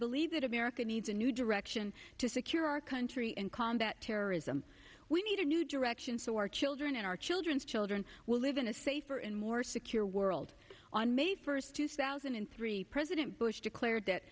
believe that america needs a new direction to secure our country in combat terrorism we need a new direction so our children and our children's children will live in a safer and more secure world on may first two thousand and three president bush declared that